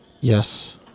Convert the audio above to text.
Yes